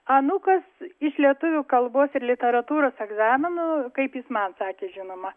anūkas iš lietuvių kalbos ir literatūros egzamino kaip jis man sakė žinoma